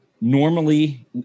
normally